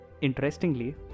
Interestingly